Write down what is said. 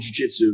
jujitsu